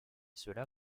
cela